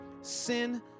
Sin